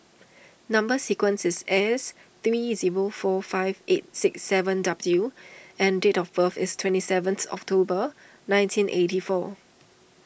Number Sequence is S three zero four five eight six seven W and date of birth is twenty seventh October nineteen eighty four